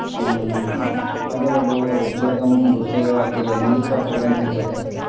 लघु लघु उद्योगं गृहे एव ते मिलित्वा कुर्वन्ति चेत्